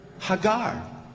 Hagar